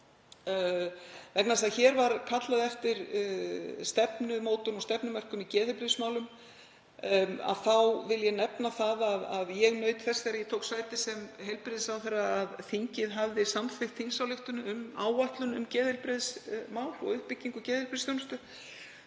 Vegna þess að hér var kallað eftir stefnumótun og stefnumörkun í geðheilbrigðismálum vil ég nefna að ég naut þess þegar ég tók sæti sem heilbrigðisráðherra að þingið hafði samþykkt þingsályktun um áætlun um geðheilbrigðismál og uppbyggingu geðheilbrigðisþjónustu.